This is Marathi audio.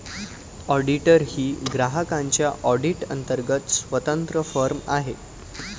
ऑडिटर ही ग्राहकांच्या ऑडिट अंतर्गत स्वतंत्र फर्म आहे